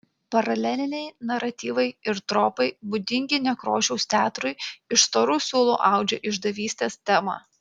paraleliniai naratyvai ir tropai būdingi nekrošiaus teatrui iš storų siūlų audžia išdavystės temą